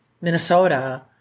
Minnesota